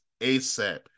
ASAP